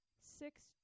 Six